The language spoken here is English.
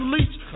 Leach